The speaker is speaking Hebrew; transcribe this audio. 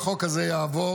אם החוק הזה יעבור,